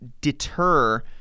deter